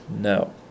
No